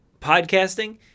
podcasting